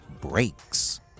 Breaks